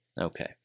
Okay